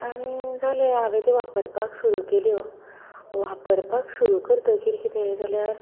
आनी जाल्यो हांवेन त्यो वापरपाक सुरू केल्यो वापरपाक सुरू करतकीर कितें जाल्यार